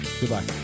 goodbye